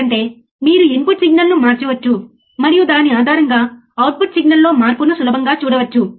లేదా మేము ఇన్పుట్ సిగ్నల్ను వర్తించేటప్పుడు స్లీవ్ రేటును కొలవగలమా ఇన్పుట్ సిగ్నల్ ఉందని మీరు చూడవచ్చు